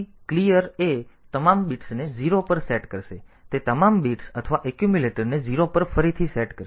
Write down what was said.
તેથી clear A તમામ બિટ્સને 0 પર સેટ કરશે તે તમામ બિટ્સ અથવા એક્યુમ્યુલેટરને 0 પર ફરીથી સેટ કરશે